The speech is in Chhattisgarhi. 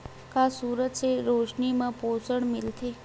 का सूरज के रोशनी म पोषण मिलथे?